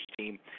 team